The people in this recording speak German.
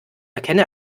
erkenne